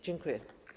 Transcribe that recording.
Dziękuję.